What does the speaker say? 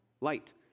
light